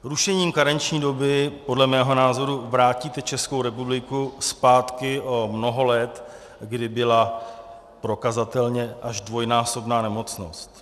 Rušením karenční doby podle mého názoru vrátíte Českou republiku zpátky o mnoho let, kdy byla prokazatelně až dvojnásobná nemocnost.